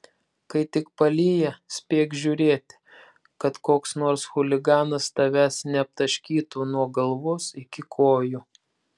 kai tik palyja spėk žiūrėti kad koks nors chuliganas tavęs neaptaškytų nuo galvos iki kojų